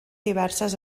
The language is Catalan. diverses